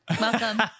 Welcome